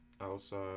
outside